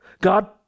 God